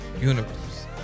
universe